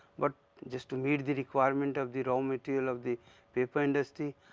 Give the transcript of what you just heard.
but just to meet the requirement of the raw material of the paper industry,